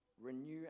renew